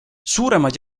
suuremad